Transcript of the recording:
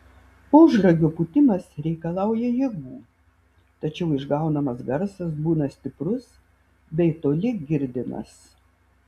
ožragio pūtimas reikalauja jėgų tačiau išgaunamas garsas būna stiprus bei toli girdimas